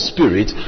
Spirit